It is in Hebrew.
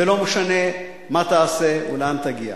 ולא משנה מה תעשה ולאן תגיע.